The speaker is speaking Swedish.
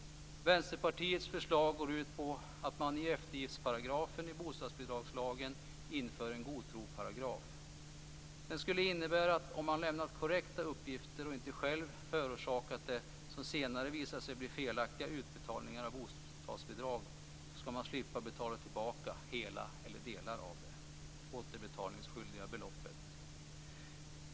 Vänsterpartiets förslag går ut på att man i eftergiftsparagrafen i bostadsbidragslagen inför en godtrosbestämmelse. Den skulle innebära, att om man lämnat korrekta uppgifter och inte själv förorsakat det som senare visat sig bli felaktiga utbetalningar av bostadsbidrag skall man slippa betala tillbaka hela eller delar av det belopp man är återbetalningsskyldig för.